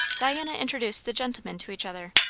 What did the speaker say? diana introduced the gentlemen to each other.